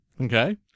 okay